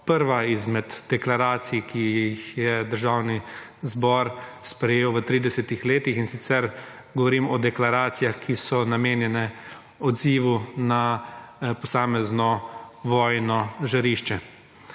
prva izmed deklaracij, ki jih je Državni zbor sprejel v 30-ih letih, in sicer govorim o deklaracijah, ki so namenjene odzivu na posamezno vojno žarišče.